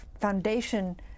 foundation